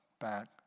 back